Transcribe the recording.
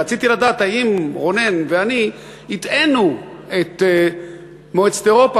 רציתי לדעת האם רונן ואני הטעינו את מועצת אירופה